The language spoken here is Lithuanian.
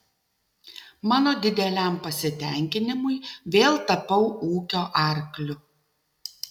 mano dideliam pasitenkinimui vėl tapau ūkio arkliu